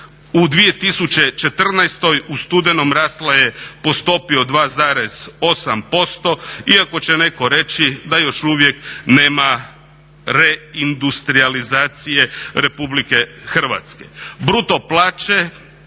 u 2014. u studenom rasla je po stopi od 2,8%, iako će netko reći da još uvijek nema reindustrijalizacije RH. Bruto